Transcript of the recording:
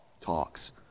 talks